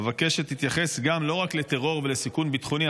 אבקש שתתייחס לא רק לטרור וסיכון ביטחוני.